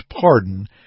pardon